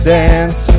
dance